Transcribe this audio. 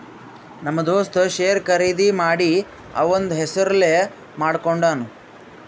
ನಮ್ ದೋಸ್ತ ಶೇರ್ ಖರ್ದಿ ಮಾಡಿ ಅವಂದ್ ಹೆಸುರ್ಲೇ ಮಾಡ್ಕೊಂಡುನ್